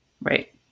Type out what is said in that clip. Right